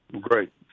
Great